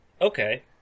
okay